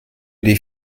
die